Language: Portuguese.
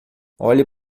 olhe